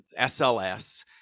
SLS